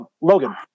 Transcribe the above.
Logan